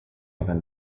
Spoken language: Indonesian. makan